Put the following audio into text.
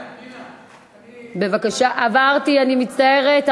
פנינה, פנינה, עברתי, אני מצטערת.